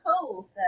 cool